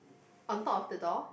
on top of the door